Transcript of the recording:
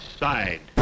side